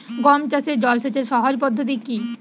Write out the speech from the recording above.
গম চাষে জল সেচের সহজ পদ্ধতি কি?